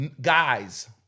guys